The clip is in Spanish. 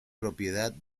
propiedad